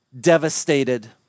devastated